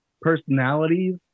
personalities